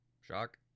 Shock